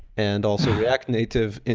and also react native,